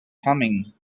coming